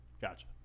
Gotcha